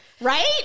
Right